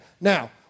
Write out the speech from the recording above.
Now